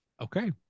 Okay